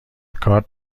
کارت